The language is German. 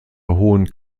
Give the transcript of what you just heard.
hohen